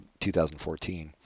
2014